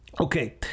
Okay